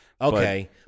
okay